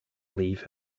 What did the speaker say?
leave